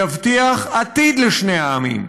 יבטיח עתיד לשני העמים.